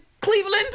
Cleveland